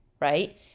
right